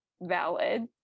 valid